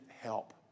help